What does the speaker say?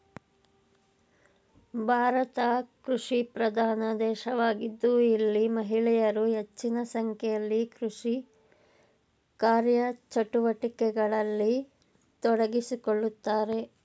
ಭಾರತ ಕೃಷಿಪ್ರಧಾನ ದೇಶವಾಗಿದ್ದು ಇಲ್ಲಿ ಮಹಿಳೆಯರು ಹೆಚ್ಚಿನ ಸಂಖ್ಯೆಯಲ್ಲಿ ಕೃಷಿ ಕಾರ್ಯಚಟುವಟಿಕೆಗಳಲ್ಲಿ ತೊಡಗಿಸಿಕೊಳ್ಳುತ್ತಾರೆ